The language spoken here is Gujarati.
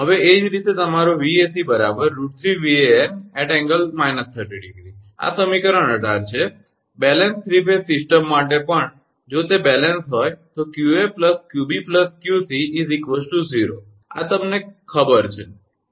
હવે એ જ રીતે તમારો 𝑉𝑎𝑐 √3𝑉𝑎𝑛∠−30° આ સમીકરણ 18 છે સંતુલિત 3 ફેઝ સિસ્ટમ માટે પણ જો તે સંતુલિત હોય તો 𝑞𝑎 𝑞𝑏 𝑞𝑐 0 આ તમને બરાબર ખબર છે બરાબર